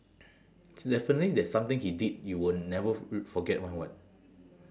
definitely there's something he did you will never forget [one] [what]